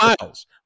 miles